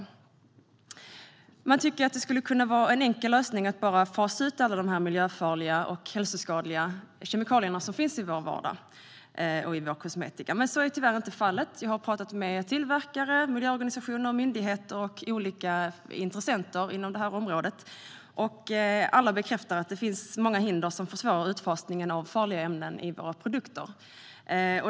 Man kan tycka att det borde vara en enkel lösning att fasa ut alla miljöfarliga och hälsoskadliga kemikalier som finns i vår kosmetika och i vår vardag, men så är tyvärr inte fallet. Jag har pratat med tillverkare, miljöorganisationer, myndigheter och olika intressenter inom området. Alla bekräftar att det finns många hinder som försvårar utfasningen av farliga ämnen i våra produkter.